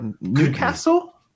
Newcastle